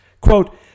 Quote